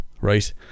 right